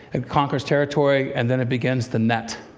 it conquers territory and then it begins the net.